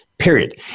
period